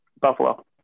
Buffalo